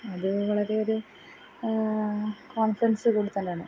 അത് വളരെയൊരു കോൺഫഡാൻസ് കൂടിത്തന്നാണ്